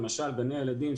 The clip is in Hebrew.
למשל גני הילדים,